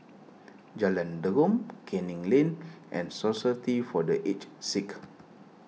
Jalan Derum Canning Lane and Society for the Aged Sick